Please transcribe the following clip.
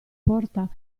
porta